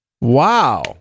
Wow